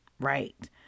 right